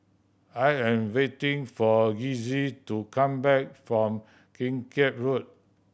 I am waiting for Kizzy to come back from Kim Keat Road